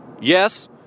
Yes